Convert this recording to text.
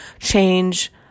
change